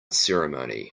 ceremony